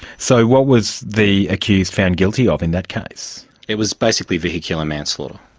so what was the accused found guilty of in that case it was basically vehicular manslaughter.